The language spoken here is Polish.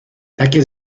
takie